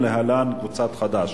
להלן: קבוצת חד"ש.